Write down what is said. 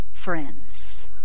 friends